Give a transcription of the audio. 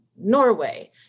Norway